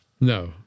No